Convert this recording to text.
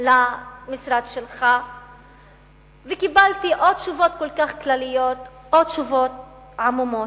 למשרד שלך וקיבלתי או תשובות כל כך כלליות או תשובות עמומות.